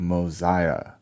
Mosiah